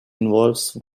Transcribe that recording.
involves